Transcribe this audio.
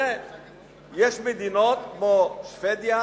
ויש מדינות כמו שבדיה